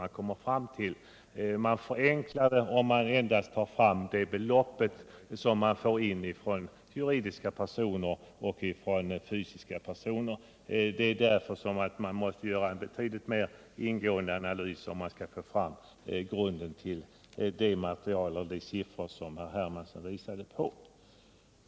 Man förenklar det hela om man endast tar fram de belopp som man får in i skatt från juridiska och fysiska personer. Därför måste det göras en betydligt mera ingående analys om man skall få fram en rättvisande bild av det problem som herr Hermansson redovisade.